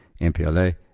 MPLA